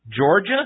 Georgia